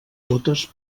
totes